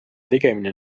tegemine